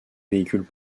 véhicules